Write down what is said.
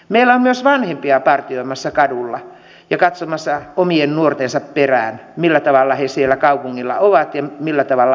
meillä on myös vanhempia partioimassa kadulla ja katsomassa omien nuortensa perään millä tavalla he siellä kaupungilla ovat ja millä tavalla aikaansa viettävät